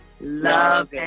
Love